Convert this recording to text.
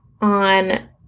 on